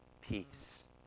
peace